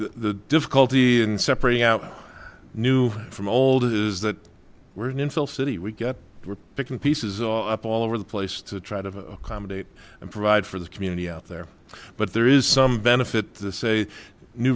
the difficulty in separating out new from old it is that we're in in full city we get we're picking pieces up all over the place to try to accommodate and provide for the community out there but there is some benefit to say new